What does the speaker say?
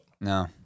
No